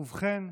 ובכן,